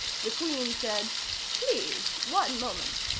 the queen said please. one moment.